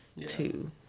two